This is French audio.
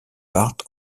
partent